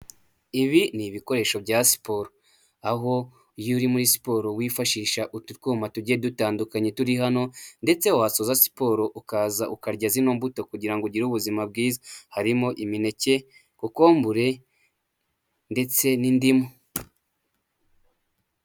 Ibi ni ibikoresho bya siporo aho iyo uri muri siporo wifashisha utu twuma tugiye dutandukanye turi hano ndetse wasoza siporo ukaza ukarya zino mbuto kugira ngo ugire ubuzima bwiza, harimo; imineke, kokombure, ndetse n'indimu.